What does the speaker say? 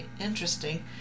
interesting